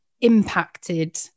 impacted